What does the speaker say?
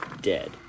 dead